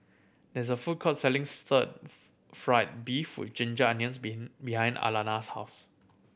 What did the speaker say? there is a food court selling stir fried beef with ginger onions been behind Alannah's house